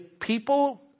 people